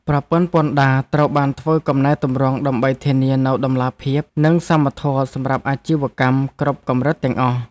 ប្រព័ន្ធពន្ធដារត្រូវបានធ្វើកំណែទម្រង់ដើម្បីធានានូវតម្លាភាព និងសមធម៌សម្រាប់អាជីវកម្មគ្រប់កម្រិតទាំងអស់។